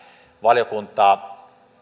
valiokunta